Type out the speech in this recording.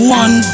one